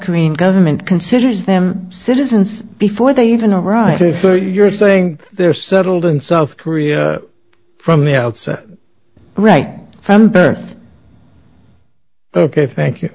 korean government considers them citizens before they even a right to so you're saying they're settled in south korea from the outset right from birth ok thank you